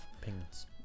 Penguins